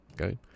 okay